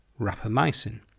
rapamycin